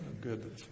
good